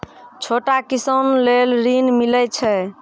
छोटा किसान लेल ॠन मिलय छै?